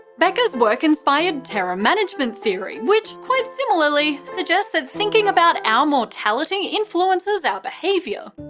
becker's work inspired terror management theory, which, quite similarly, suggests that thinking about our mortality influences our behaviour.